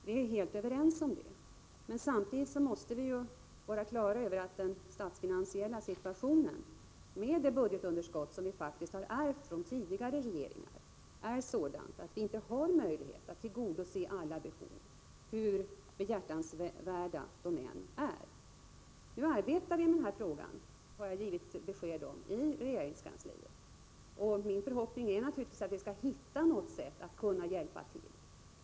Vi är helt överens om det, men samtidigt måste vi vara klara över att den statsfinansiella situationen, med det budgetunderskott som vi faktiskt har ärvt från tidigare regeringar, är sådan att vi inte har möjlighet att tillgodose alla behov hur behjärtans värda de än är. Vi arbetar med den här frågan i regeringskansliet, och det har jag givit besked om. Min förhoppning är naturligtvis att vi skall hitta något sätt att hjälpa till.